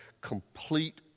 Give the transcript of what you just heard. complete